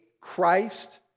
Christ